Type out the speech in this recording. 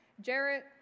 Jarrett